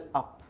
up